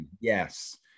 Yes